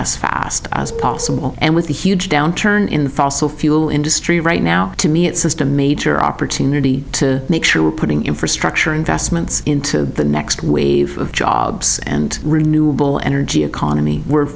as fast as possible and with the huge downturn in the fossil fuel industry right now to me it's just a major opportunity to make sure we're putting infrastructure investments into the next wave of jobs and renewable energy economy we're